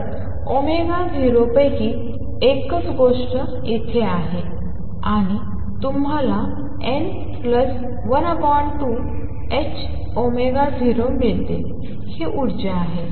तर 0 पैकी एकच गोष्ट येथे आहे आणि तुम्हाला n12 ℏ0मिळते ही ऊर्जा आहे